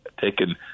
taken